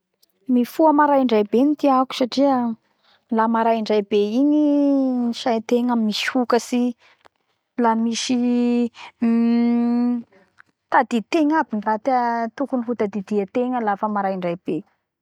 Mifoa maraindray be tiako satria la maraidray be igny ny saitegna misokatsy la uhm tadiditegna aby ny raha tokony ho tadidiategna